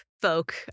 folk